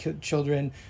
children